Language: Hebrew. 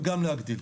וגם להגדיל.